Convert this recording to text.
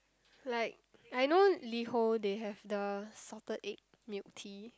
like I know Liho they have the salted egg milk tea